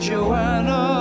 Joanna